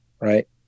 right